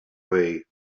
way